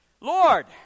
Lord